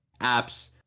apps